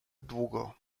długo